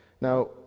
Now